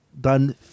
done